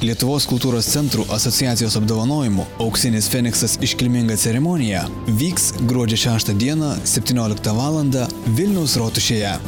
lietuvos kultūros centrų asociacijos apdovanojimų auksinis feniksas iškilminga ceremonija vyks gruodžio šeštą dieną septynioliktą valandą vilniaus rotušėje